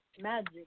magic